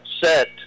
set